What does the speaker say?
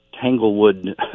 tanglewood